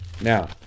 Now